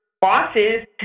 bosses